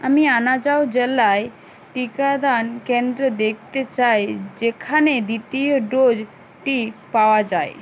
আমি আনাজাও জেলায় টিকাদান কেন্দ্র দেখতে চাই যেখানে দ্বিতীয় ডোজটি পাওয়া যায়